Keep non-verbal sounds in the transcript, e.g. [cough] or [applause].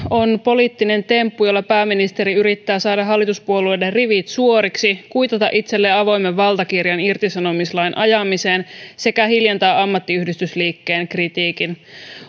[unintelligible] on poliittinen temppu jolla pääministeri yrittää saada hallituspuolueiden rivit suoriksi kuitata itselleen avoimen valtakirjan irtisanomislain ajamiseen sekä hiljentää ammattiyhdistysliikkeen kritiikin